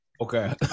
Okay